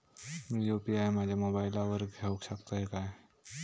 मी UPI माझ्या मोबाईलावर घेवक शकतय काय?